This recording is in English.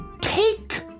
take